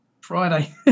Friday